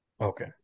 Okay